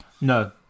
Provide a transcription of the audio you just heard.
No